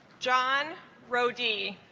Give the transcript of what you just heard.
john rody